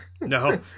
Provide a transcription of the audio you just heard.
No